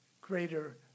greater